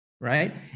right